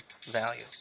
value